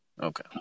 okay